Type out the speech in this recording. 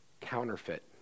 counterfeit